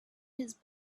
his